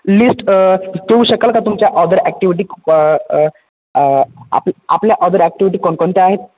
list ठेऊ शकाल का तुमच्या ऑदर ॲक्टिव्हिटी आप आपल्या ऑदर ॲक्टिव्हिटी कोणकोणत्या आहेत